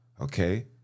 okay